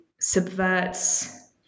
subverts